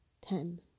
Ten